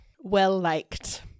well-liked